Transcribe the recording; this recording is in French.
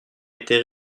été